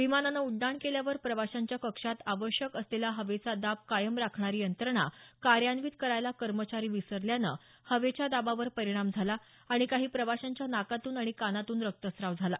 विमानानं उड्डाण केल्यावर प्रवाशांच्या कक्षात आवश्यक असलेला हवेचा दाब कायम राखणारी यंत्रणा कार्यान्वीत करायला कर्मचारी विसरल्यानं हवेच्या दाबावर परिणाम झाला आणि काही प्रवाशांच्या नाकातून आणि कानातून रक्तस्राव झाला